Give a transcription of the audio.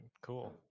cool